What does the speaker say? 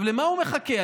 למה הוא מחכה?